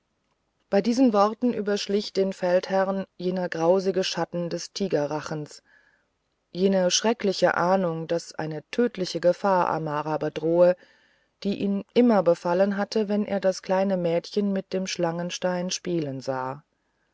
bei diesen worten überschlich den feldherrn jener grausige schatten des tigerrachens jene schreckliche ahnung daß eine tödliche gefahr amara bedrohe die ihn immer befallen hatte wenn er das kleine mädchen mit dem schlangenstein spielen sah